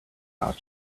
not